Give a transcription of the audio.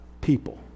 People